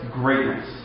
greatness